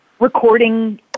recording